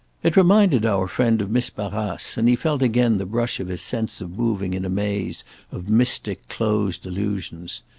it reminded our friend of miss barrace, and he felt again the brush of his sense of moving in a maze of mystic closed allusions.